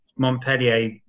Montpellier